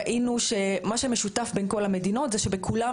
ראינו שמה שמשותף בין כל המדינות הוא שבכולן